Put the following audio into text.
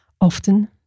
Often